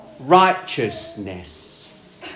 Righteousness